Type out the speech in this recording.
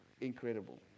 Incredible